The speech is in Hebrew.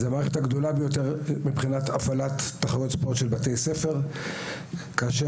זאת מערכת הפעלת תחרויות ספורט של בתי ספר הגדולה ביותר.